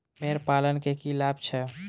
भेड़ पालन केँ की लाभ छै?